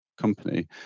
company